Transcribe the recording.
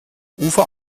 ufer